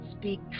speak